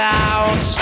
out